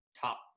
top